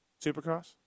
Supercross